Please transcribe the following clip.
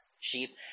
sheep